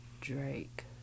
Drake